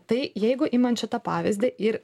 tai jeigu imant šitą pavyzdį ir